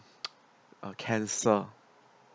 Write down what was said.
a cancer